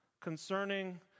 concerning